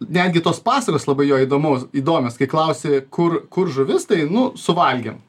netgi tos pasakos labai jo įdomos įdomios kai klausi kur kur žuvis tai nu suvalgėm